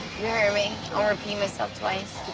i mean ah repeat myself twice.